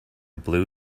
blue